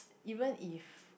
even if